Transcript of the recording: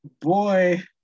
Boy